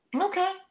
Okay